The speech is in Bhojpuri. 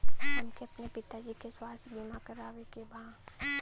हमके अपने पिता जी के स्वास्थ्य बीमा करवावे के बा?